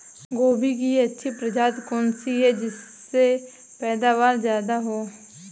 गोभी की अच्छी प्रजाति कौन सी है जिससे पैदावार ज्यादा हो?